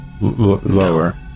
Lower